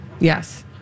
Yes